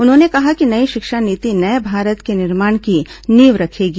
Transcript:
उन्होंने कहा कि नई शिक्षा नीति नये भारत के निर्माण की नींव रखेगी